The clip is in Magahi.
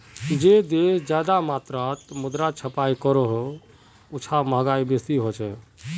जे देश ज्यादा मात्रात मुद्रा छपाई करोह उछां महगाई बेसी होछे